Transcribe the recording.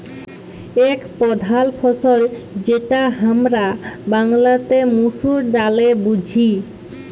এক প্রধাল ফসল যেটা হামরা বাংলাতে মসুর ডালে বুঝি